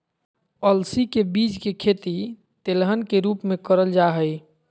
अलसी के बीज के खेती तेलहन के रूप मे करल जा हई